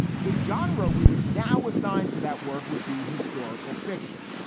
the genre we would now assigned to that work would be historical fiction.